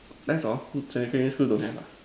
that's all secondary school don't have ah